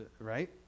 Right